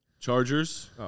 Chargers